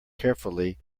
carefully